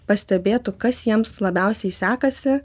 pastebėtų kas jiems labiausiai sekasi